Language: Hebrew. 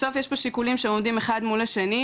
בסוף יש פה שיקולים שעומדים אחד מול השני,